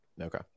Okay